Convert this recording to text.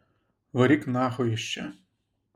varyk nachui iš čia